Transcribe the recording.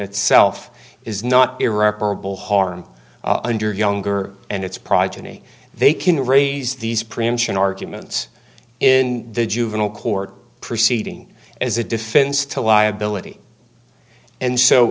itself is not irreparable harm under younger and it's progeny they can raise these preemption arguments in the juvenile court proceeding as a defense to liability and so